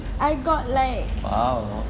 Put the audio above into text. I got like